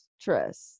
Trust